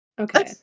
Okay